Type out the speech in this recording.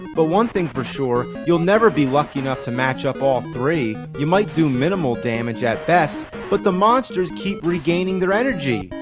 but one thing for sure, you'll never be lucky enough to match up all three you might do minimal damage at best, but the monsters keep regaining their energy,